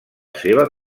seva